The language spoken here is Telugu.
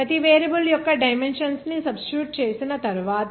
ప్రతి వేరియబుల్ యొక్క డైమెన్షన్స్ ని సబ్స్టిట్యూట్ చేసిన తరువాత